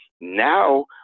Now